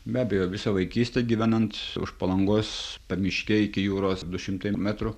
be abejo visą vaikystę gyvenant už palangos pamiškėj iki jūros du šimtai metrų